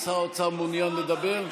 שר האוצר מעוניין לדבר?